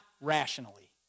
rationally